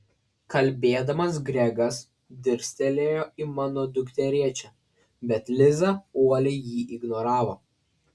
kalbėdamas gregas dirstelėjo į mano dukterėčią bet liza uoliai jį ignoravo